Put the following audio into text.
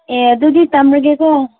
ꯑꯦ ꯑꯗꯨꯗꯤ ꯊꯝꯂꯒꯦꯀꯣ